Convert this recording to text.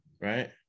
right